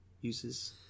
uses